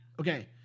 Okay